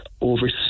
over